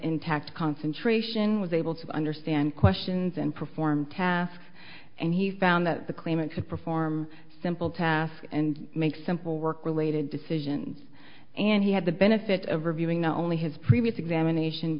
intact concentration was able to understand questions and perform tasks and he found that the claimant could perform simple tasks and make simple work related decisions and he had the benefit of reviewing not only his previous examination